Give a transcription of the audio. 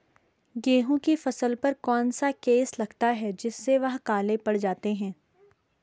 गेहूँ की फसल पर कौन सा केस लगता है जिससे वह काले पड़ जाते हैं?